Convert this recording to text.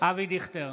אבי דיכטר,